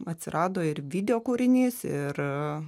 atsirado ir videokūrinys ir